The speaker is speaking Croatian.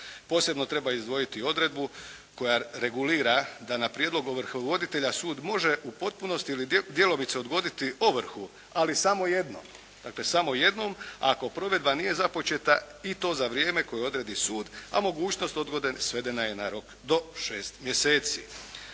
Posebno treba izdvojiti odredbu koja regulira da na prijedlog ovrhovoditelja sud može u potpunosti ili djelomice odgoditi ovrhu ali samo jednom, dakle samo jednom ako provedba nije započeta i to za vrijeme koje odredi sud a mogućnost odgode svede na rok do šest mjeseci.